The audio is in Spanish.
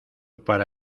para